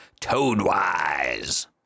Toadwise